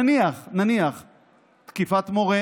נניח תקיפת מורה,